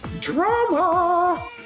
Drama